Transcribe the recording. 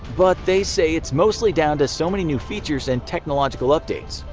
but they say it's mostly down to so many new features and technological updates.